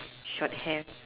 shorthair